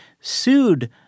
sued